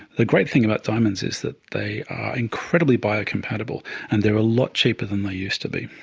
the great thing about diamonds is that they are incredibly biocompatible and they are a lot cheaper than they used to be.